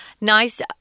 nice